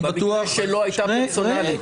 במקרה שלו היא הייתה פרסונלית.